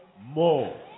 more